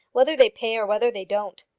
whether they pay or whether they don't.